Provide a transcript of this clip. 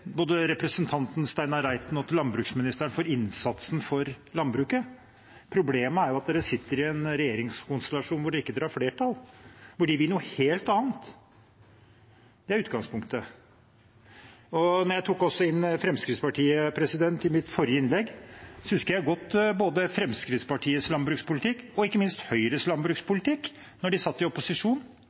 både til representanten Steinar Reiten og til landbruksministeren for innsatsen for landbruket. Problemet er at de sitter i en regjeringskonstellasjon der de ikke har flertall, der de vil noe helt annet. Det er utgangspunktet. Jeg tok også med Fremskrittspartiet i mitt forrige innlegg. Jeg husker godt Fremskrittspartiets landbrukspolitikk og ikke minst Høyres landbrukspolitikk da de satt i opposisjon.